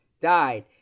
died